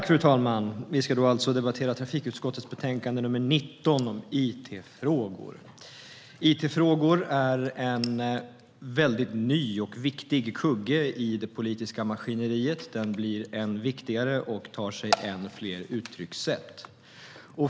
Fru talman! Vi ska alltså debattera trafikutskottets betänkande nr 19 om it-frågor. It-frågor är en ny och viktig kugge i det politiska maskineriet. De blir än viktigare och tar sig än fler uttryck.